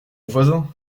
voisin